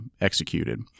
executed